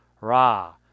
Ra